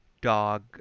dog